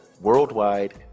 worldwide